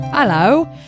Hello